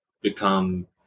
become